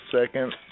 second